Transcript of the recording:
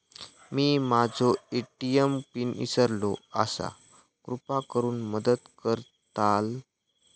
मी माझो ATM PIN इसरलो आसा कृपा करुन मदत करताल